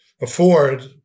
afford